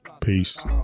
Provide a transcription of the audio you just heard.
Peace